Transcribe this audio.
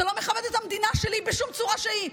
זה לא מכבד את המדינה שלי בשום צורה שהיא,